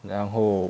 然后